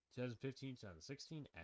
2015-2016